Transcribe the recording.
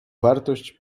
wartość